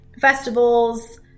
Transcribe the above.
festivals